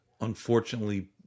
unfortunately